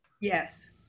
Yes